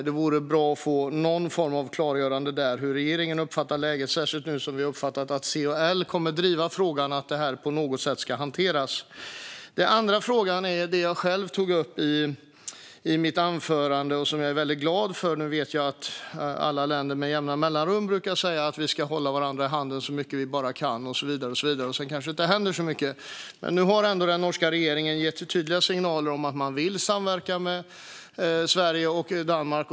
Det vore bra att få någon form av klargörande om hur regeringen uppfattar läget, särskilt som vi nu har hört att C och L kommer att driva frågan att detta på något sätt ska hanteras. Den andra frågan rör det jag själv tog upp i mitt anförande och är väldigt glad för. Jag vet att alla länder med jämna mellanrum brukar säga att vi ska hålla varandra i handen så mycket vi bara kan och så vidare, och sedan kanske det inte händer så mycket. Men nu har ändå den norska regeringen gett tydliga signaler om att man vill samverka med Sverige och Danmark.